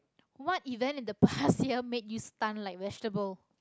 what event in the past year made you stun like vegetable